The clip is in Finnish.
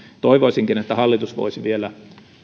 toivoisinkin että hallitus voisi vielä